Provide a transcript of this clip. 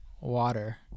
water